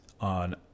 on